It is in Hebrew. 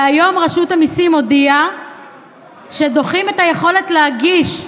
היום רשות המיסים הודיעה שדוחים את סגירת היכולת להגיש,